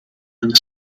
and